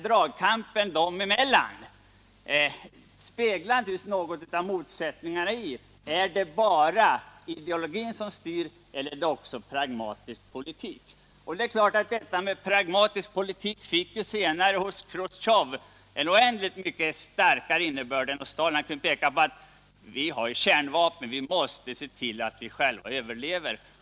Dragkampen dem emellan speglar naturligtvis något av motsättningarna: Är det bara ideologin som styr eller är det också pragmatisk politik? Den pragmatiska politiken fick senare hos Chrustjov en oändligt mycket starkare innebörd än hos Stalin. Nu kunde man peka på att det fanns kärnvapen: Vi måste se till att vi själva överlever.